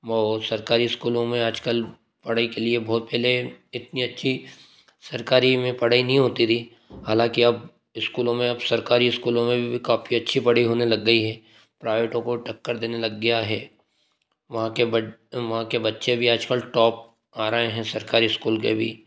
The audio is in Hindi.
सरकारी स्कूलों में आज कल पढ़ाई के लिए बहुत पहले इतनी अच्छी सरकारी में पढ़ाई नहीं होती थी हालाँकि की अब स्कूलों में अब सरकारी स्कूलों में काफ़ी अच्छी पढ़ाई होने लग गई है प्राइवेटों को टक्कर देने लग गया है वहाँ के वहाँ के बच्चे भी आज कल टॉप आ रहे हैं सरकारी इस्कूल के भी